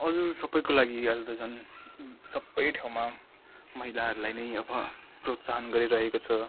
हजुर सबैको लागि अहिले त झन् सबै ठाउँमा महिलाहरूलाई नै अब प्रोत्साहन गरिरहेको छ